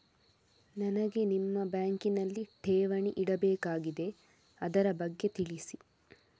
ನನಗೆ ನಿಮ್ಮ ಬ್ಯಾಂಕಿನಲ್ಲಿ ಠೇವಣಿ ಇಡಬೇಕಾಗಿದೆ, ಅದರ ಬಗ್ಗೆ ತಿಳಿಸಿ